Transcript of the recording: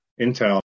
Intel